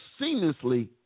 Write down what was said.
seamlessly